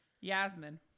yasmin